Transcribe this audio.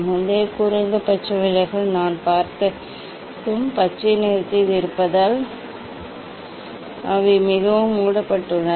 முந்தைய குறைந்தபட்ச விலகல் நான் பார்த்தது பச்சை நிறத்தில் இருப்பதால் அவை மிகவும் மூடப்பட்டுள்ளன